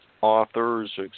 authors